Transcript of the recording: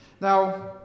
Now